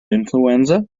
influenza